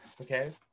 okay